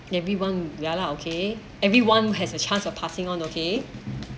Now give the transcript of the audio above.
everyone ya lah okay everyone has a chance of passing on okay